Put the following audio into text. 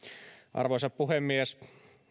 arvoisa puhemies